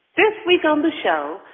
this week on the show,